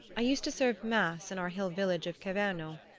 i used to serve mass in our hill-village of cerveno,